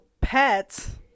pets